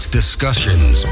discussions